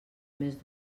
més